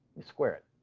we square it.